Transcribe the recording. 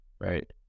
Right